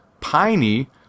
piney